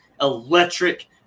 electric